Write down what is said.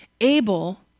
Abel